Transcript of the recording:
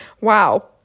wow